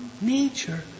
nature